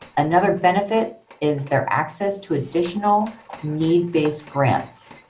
another benefit is their access to additional need-based grants.